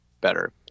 Better